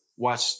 watch